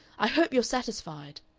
i hope you're satisfied.